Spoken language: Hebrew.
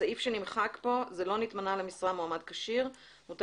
הסעיף שנמחק פה זה לא נתמנה למשרה מועמד כשיר מותר